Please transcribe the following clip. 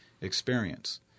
experience